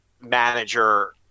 manager